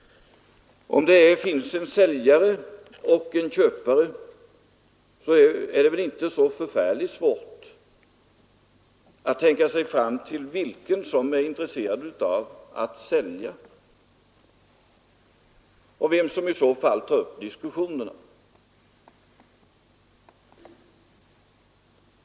Om det finns en säljare och en köpare, så är det väl inte så förfärligt svårt att tänka sig fram till vem som är intresserad av att sälja och vem som i så fall tar upp diskussionerna.